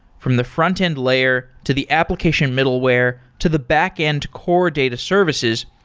from the frontend layer, to the application middleware, to the backend core data services,